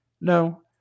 No